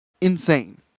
insane